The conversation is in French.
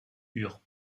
eurent